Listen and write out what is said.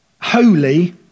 holy